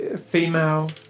female